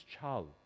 child